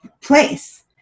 place